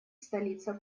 столица